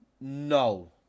no